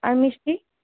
আর মিষ্টি